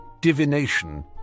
divination